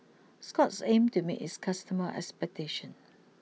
Scott's aim to meet its customers' expectation